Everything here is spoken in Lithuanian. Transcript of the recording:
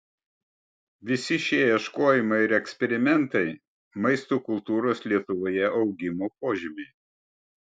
visi šie ieškojimai ir eksperimentai maisto kultūros lietuvoje augimo požymiai